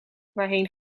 waarheen